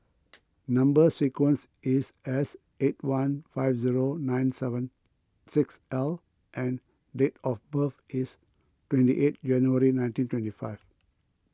Number Sequence is S eight one five zero nine seven six L and date of birth is twenty eight January nineteen twenty five